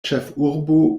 ĉefurbo